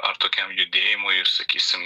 ar tokiam judėjimui ir sakysim